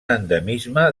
endemisme